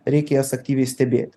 reikės aktyviai stebėti